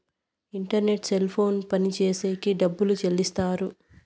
internet cell ఫోన్లు పనిచేసేకి డబ్బులు చెల్లిస్తారు